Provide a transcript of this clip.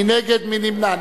מי נגד, מי נמנע?